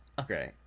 okay